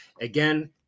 Again